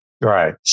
Right